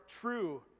true